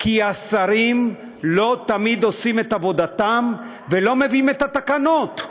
כי השרים לא תמיד עושים את עבודתם ולא מביאים את התקנות.